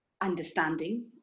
understanding